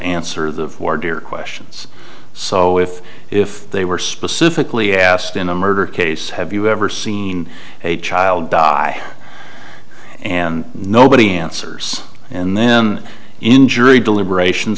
answer the questions so if if they were specifically asked in a murder case have you ever seen a child die and nobody answers and then injury deliberation